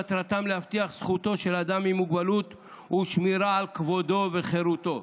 מטרתם להבטיח את זכותו של אדם עם מוגבלות ולשמור על כבודו וחירותו.